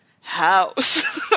house